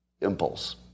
impulse